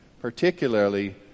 Particularly